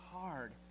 hard